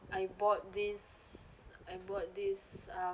I bought this I bought this